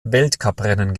weltcuprennen